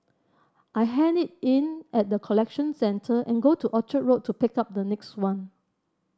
I hand it in at the collection centre and go to Orchard Road to pick up the next one